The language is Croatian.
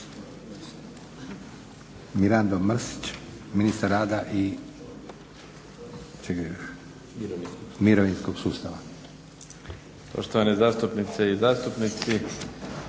Mirando Mrsić, ministar rada i mirovinskog sustava.